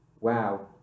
wow